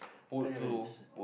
parents